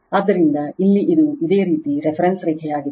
ಆದ್ದರಿಂದ ಇಲ್ಲಿ ಇದು ಇದೇ ರೀತಿ ರೆಫರೆನ್ಸ್ ರೇಖೆಯಾಗಿದೆ